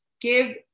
Give